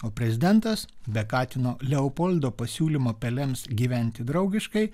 o prezidentas be katino leopoldo pasiūlymo pelėms gyventi draugiškai